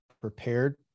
prepared